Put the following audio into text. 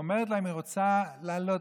ואומרת להם שהיא רוצה לעלות,